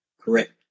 correct